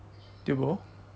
tio bo